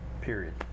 period